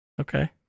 Okay